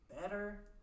better